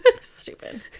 Stupid